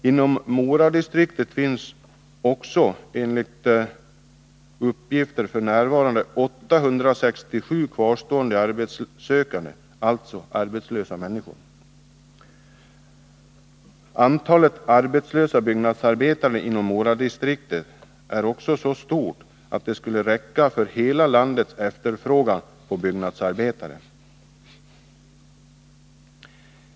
Inom distriktet finns det f. n. enligt uppgifter 867 kvarstående arbetssökande, alltså arbetslösa människor. Antalet arbetslösa byggnadsarbetare inom Moradistriktet är också så stort, att det skulle räcka för att täcka hela landets efterfrågan på byggnadsarbetare.